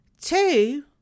Two